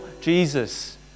Jesus